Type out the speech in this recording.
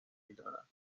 میدارد